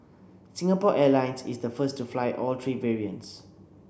Singapore Airlines is the first to fly all three variants